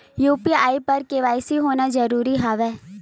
UPI बर KYC होना जरूरी हवय का?